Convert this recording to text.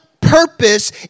purpose